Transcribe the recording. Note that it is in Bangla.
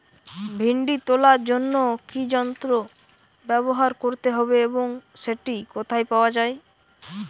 ভিন্ডি তোলার জন্য কি যন্ত্র ব্যবহার করতে হবে এবং সেটি কোথায় পাওয়া যায়?